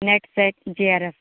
net set G R F